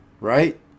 right